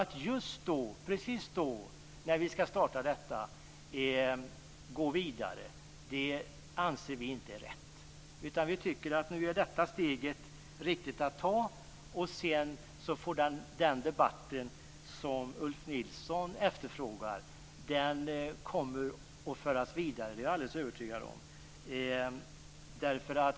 Att just då, precis när vi skall starta detta, gå vidare anser vi inte vara rätt. Vi tycker att detta steg nu är riktigt att ta. Sedan kommer den debatt som Ulf Nilsson efterfrågar att föras vidare. Det är jag alldeles övertygad om.